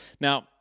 Now